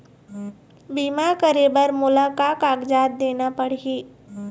बीमा करे बर मोला का कागजात देना पड़ही?